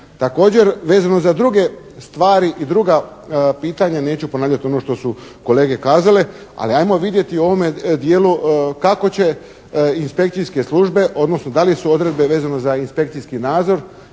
Također vezano za druge stvari i druga pitanja neću ponavljati ono što su kolege kazale, ali ajmo vidjeti u ovome dijelu kako će inspekcijske službe, odnosno da li su odredbe vezano za inspekcijski nadzor